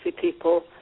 people